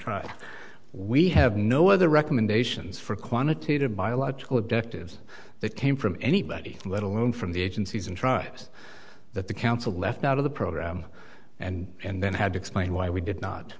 true we have no other recommendations for quantitative biological objectives that came from anybody let alone from the agencies and trust that the council left out of the program and and then had to explain why we did not